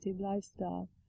lifestyle